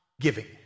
giving